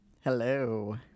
Hello